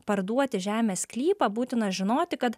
parduoti žemės sklypą būtina žinoti kad